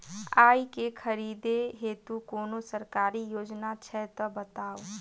आइ केँ खरीदै हेतु कोनो सरकारी योजना छै तऽ बताउ?